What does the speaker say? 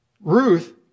Ruth